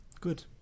Good